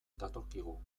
datorkigu